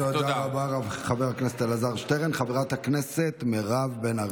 במיוחד אחרי שהחבר שלך לסיעה רוטמן אמר: